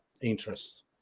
interests